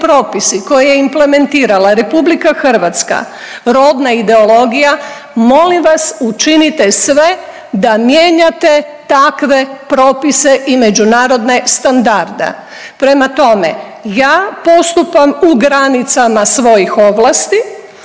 koje je implementirala Republika Hrvatska rodna ideologija molim vas učinite sve da mijenjate takve propise i međunarodne standarde. Prema tome, ja postupam u granicama svojih ovlasti